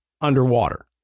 underwater